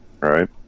right